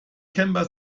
camper